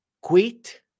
quit